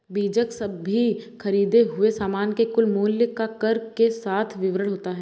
बीजक सभी खरीदें हुए सामान के कुल मूल्य का कर के साथ विवरण होता है